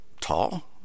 tall